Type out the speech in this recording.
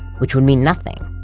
which would mean nothing,